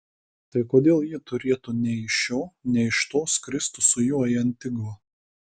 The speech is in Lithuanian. tai kodėl ji turėtų nei iš šio nei iš to skristi su juo į antigvą